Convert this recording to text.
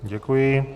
Děkuji.